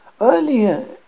Earlier